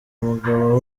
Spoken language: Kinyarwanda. umugabo